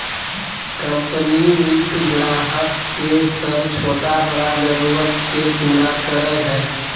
company वित्त ग्राहक के सब छोटा बड़ा जरुरत के पूरा करय हइ